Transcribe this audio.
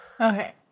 Okay